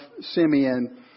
Simeon